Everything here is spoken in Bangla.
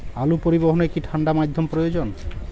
আলু পরিবহনে কি ঠাণ্ডা মাধ্যম প্রয়োজন?